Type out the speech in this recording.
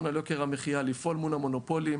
על יוקר המחיה; לפעול מול המונופולים